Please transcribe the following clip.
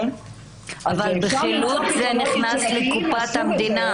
בחילוט זה נכנס לקופת המדינה.